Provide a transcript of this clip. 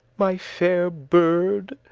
my faire bird,